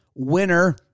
winner